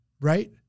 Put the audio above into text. right